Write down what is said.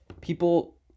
people